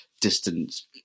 distance